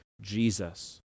Jesus